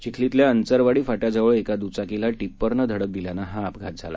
चिखलीतल्या अंचरवाडी फाट्याजवळ एका द्चाकीला टिप्परनं धडक दिल्यानं हा अपघात झाला